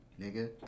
nigga